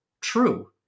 true